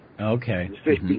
Okay